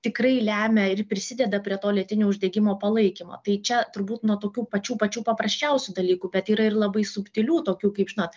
tikrai lemia ir prisideda prie to lėtinio uždegimo palaikymo tai čia turbūt nuo tokių pačių pačių paprasčiausių dalykų bet yra ir labai subtilių tokių kaip žinot